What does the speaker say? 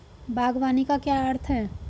बागवानी का क्या अर्थ है?